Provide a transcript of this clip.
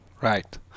Right